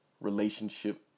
relationship